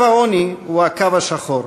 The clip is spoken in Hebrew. קו העוני הוא הקו השחור.